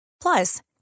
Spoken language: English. Plus